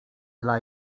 dla